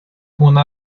una